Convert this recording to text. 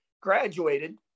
graduated